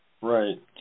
Right